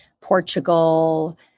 Portugal